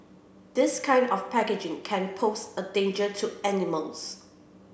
this kind of packaging can pose a danger to animals